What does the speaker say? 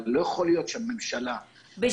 אבל לא יכול להיות שהממשלה --- בשלושה